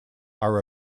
are